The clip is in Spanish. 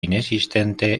inexistente